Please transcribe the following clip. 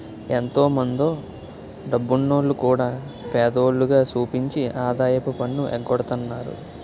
ఎంతో మందో డబ్బున్నోల్లు కూడా పేదోల్లుగా సూపించి ఆదాయపు పన్ను ఎగ్గొడతన్నారు